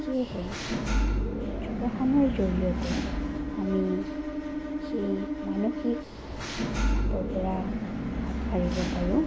সেয়েহে যোগাসনৰ জৰিয়তে আমি সেই মানসিক চাপৰপৰা হাত সাৰিব পাৰোঁ